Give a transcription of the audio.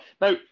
Now